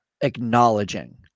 acknowledging